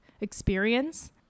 experience